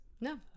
No